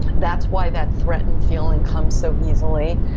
that's why that threatened feeling comes so easily.